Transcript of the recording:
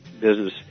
business